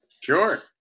sure